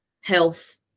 health